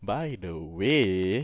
by the way